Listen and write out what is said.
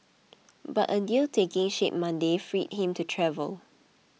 but a deal taking shape Monday freed him to travel